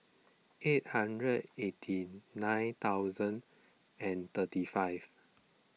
eight hundred eighty nine thousand and thirty five